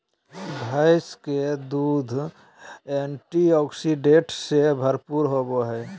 भैंस के दूध एंटीऑक्सीडेंट्स से भरपूर होबय हइ